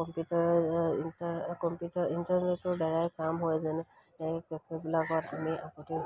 computer computer ইণ্টাৰনেটৰদ্বাৰাই কাম হয় যেন কেফেবিলাকত আমি আগতে